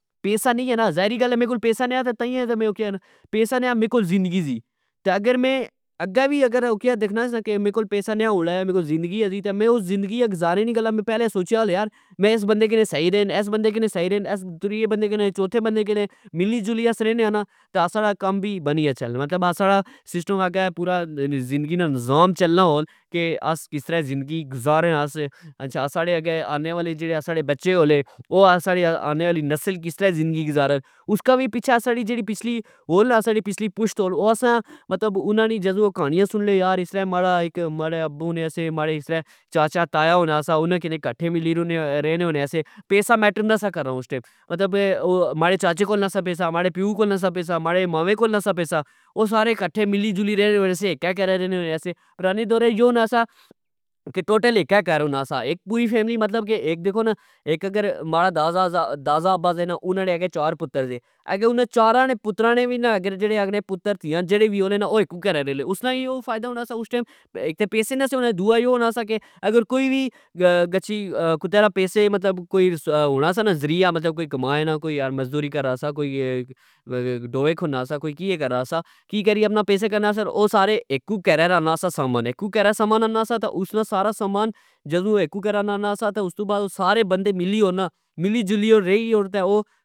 پیسا نئی اے نا ذاہری گل اے نا میرے کول پیسا نئی آ، تئیا تہ میں اوکنہ پیسے نے آ زندگی زی ۔تہ اگر میں اگہ وی اگر او کیا دیکھنا سا نا کہ میرے کول پیسا نے ہون لگا میرے کول زندگی ہوسی میں او زندگی گزارے نی گلہ پہلے سوچیا ہویا میں ایس بندےکے سہی رے، ایس بندےکی سہی رے، ایس تریے بندے کنے ،چوتھے بندے کنے ملی جلی آس رہنے آ نا تہ اسا نا کم وی بنی گچھہ مطلب اسا نا سسٹم اگہ پورا ذندگی نا نظام چلنا ہول اسا کسطرع زندگی گزارا اس اسا آنے والے اگہ بچے ہولے او اسا نی آنے آلی نسل کسترع زندگی گزارہ اسکا وی پچھہ ساڑی ،پچھلی پشت ہول او اسا انا نی جدو او کانیا سنن لگے یار اسطرع یارا ماڑے ابو ہونے سے ماڑا اسطرع چاچا تایا ہونا سا انا کی کٹھے ملی تہ رہنے ہونے سے پیسا میٹر نے سا کرنا اس ٹئم مطلب ماڑےچاچے کول نا سا پیسا ماڑے پیو کول نا سا پیسا ماڑے ماوے کول نا سا پیسا او سارے ملی جلی رہنے ہونے سے ۔اکہ کرہ رہنے ہونے سے پرانے دور اچ یو ہونا سا ، کہ ٹوٹل اکہ کر ہونا سا اک پوری فیملی مطلب کہ اک دیکھو نا اک اگر ماڑا دازا ابا سے نا انا نے اگہ چار پتر سے اگہ انا چارا نے پترا نی وی وے جیڑے آکھنے پتر تیا جیڑے ہونے نا او اکو کرہ آلے اسنا یو فئدا ہونا سا اک تہ پیسے نے سے ہونے، دؤا یو ہونا سا کہ اگر کوئی وی گچھی کتےآپیسے مطلب کوئی ہونا سا نا ذریعا مطلب کمانے نا مطلب مذدوری کرنا سا، کوئی ڈوئے کھنا سا، کوئی کیہ کرنا سا کی کری اپنا پیسے کرنا سا او سارے اکو کرہ نا آنا سا سامان اکو کرہ نا آنا سا تہ اسنا سارا سامان جدو اکو کرہ نا آنا سا تہ استو بعد او سارے بندے ملی او نا ملی جلی او رئی اورتہ او